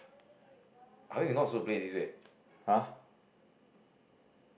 [huh]